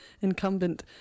incumbent